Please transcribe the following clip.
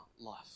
life